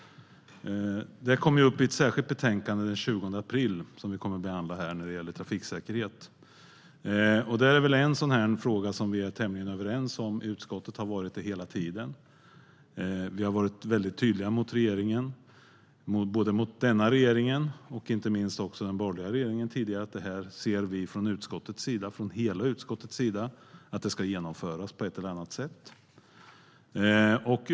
Det kommer upp i ett särskilt betänkande den 20 april, som vi kommer att behandla här när vi debatterar trafiksäkerhet. Det är en sådan fråga där utskottet är tämligen överens och har varit det hela tiden. Vi har varit tydliga mot både denna regering och inte minst den borgliga regeringen med att vi från utskottets sida - från hela utskottets sida - anser att det här ska genomföras på ett eller annat sätt.